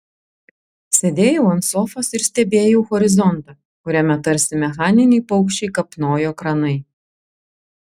sėdėjau ant sofos ir stebėjau horizontą kuriame tarsi mechaniniai paukščiai kapnojo kranai